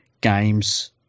games